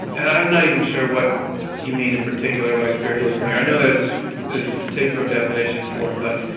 and i'm not even sure what you mean in particular by spiritualism here. i know there's there's a particular definition for it, but,